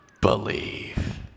Believe